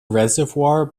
reservoir